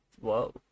Whoa